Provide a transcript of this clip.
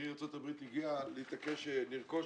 שארצות הברית הגיעה לרכוש אותם.